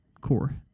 core